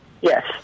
Yes